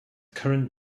current